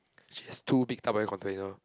she has two big tupperware container